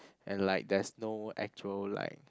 and like there's no actual like